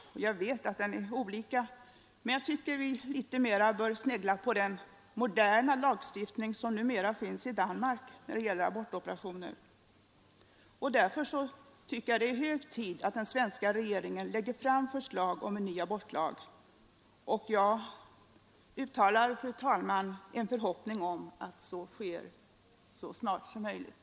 Jag vet att lagarna här är olika, men vi bör litet mera snegla på den moderna lagstiftning som numera finns i Danmark när det gäller abortoperationer. Därför är det hög tid att den svenska regeringen lägger fram förslag om en ny abortlag. Jag uttalar, fru talman, en förhoppning om att så sker så snart som möjligt.